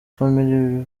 family